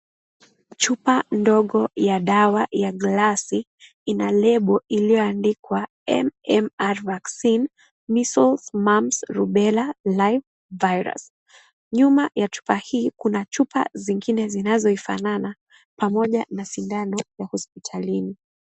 Chupa ndogo ya dawa ya glasi ina label iliyoandikwa MMR vaccine, Measles, Mumps, Rubella live varius, nyuma ya chupa hii kuna chupa zingine zinazoifanana pamoja na sindano ya hospitalini.